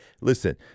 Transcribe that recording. Listen